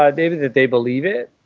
yeah david, that they believe it.